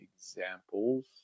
examples